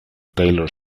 taylor